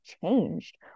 changed